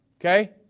Okay